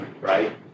right